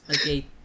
Okay